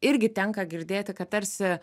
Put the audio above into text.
irgi tenka girdėti kad tarsi